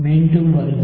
மீண்டும் வருக